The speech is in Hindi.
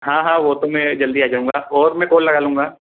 हाँ हाँ वह तो मैं जल्दी आ जाऊँगा और मैं कोल लगा लूँगा